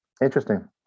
interesting